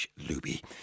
Luby